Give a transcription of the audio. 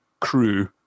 crew